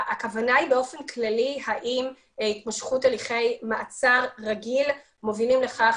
הכוונה היא באופן כללי האם הימשכות הליכי מעצר רגיל מובילים לכך